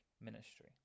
ministry